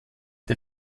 der